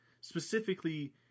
specifically